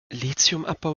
lithiumabbau